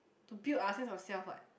to build our sense of self what